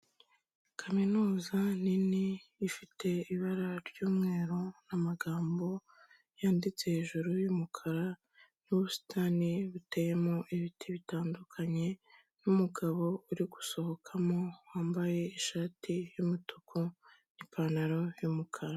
Kaminuza nini, ifite ibara ry'umweru, amagambo yanditse hejuru y'umukara, n'ubusitani buteyemo ibiti bitandukanye n'umugabo uri gusohokamo wambaye ishati y'umutuku n'ipantaro y'umukara.